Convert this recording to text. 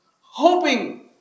Hoping